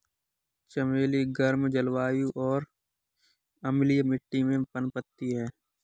चमेली गर्म जलवायु और अम्लीय मिट्टी में पनपती है